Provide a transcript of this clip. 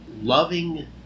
loving